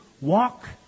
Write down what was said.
walk